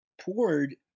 poured